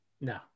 No